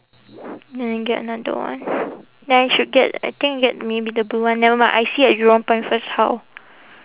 then I get another one then I should get I think get maybe the blue one never mind I see at jurong point first how